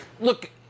look